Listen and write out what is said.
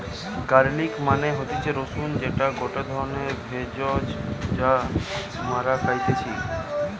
garlic মানে হতিছে রসুন যেটা গটে ধরণের ভেষজ যা মরা খাইতেছি